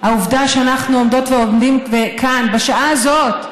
העובדה שאנחנו עומדות ועומדים כאן, בשעה הזאת,